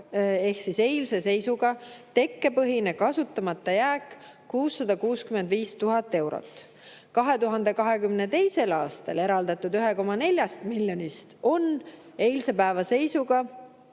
ehk siis eilse seisuga tekkepõhine kasutamata jääk 665 000 eurot. 2022. aastal eraldatud 1,4 miljonist on eilse päeva seisuga